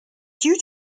due